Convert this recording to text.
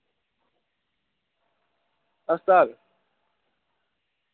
हस्ताल